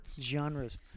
Genres